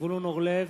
זבולון אורלב,